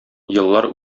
еллар